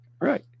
Right